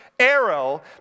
arrow